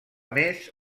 més